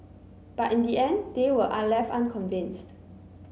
but in the end they were are left unconvinced